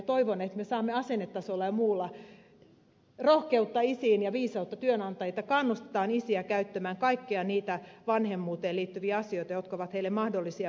toivon että me saamme asennetasolla ja muulla rohkeutta isiin ja viisautta työnantajilta että kannustetaan isiä käyttämään kaikkea niitä vanhemmuuteen liittyviä asioita jotka ovat heille mahdollisia